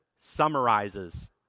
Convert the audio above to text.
summarizes